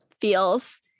feels